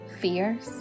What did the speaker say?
fears